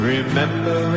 Remember